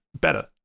better